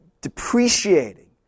depreciating